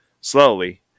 slowly